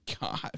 god